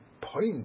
point